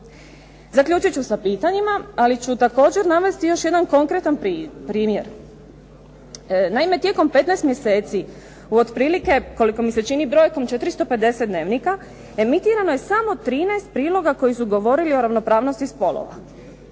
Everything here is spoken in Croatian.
Zaključit ću sa pitanjima. Ali ću također navesti još jedan konkretan primjer. Naime, tijekom 15 mjeseci otprilike koliko mi se čini brojkom 450 dnevnika emitirano je samo 13 priloga koji su govorili o ravnopravnosti spolova.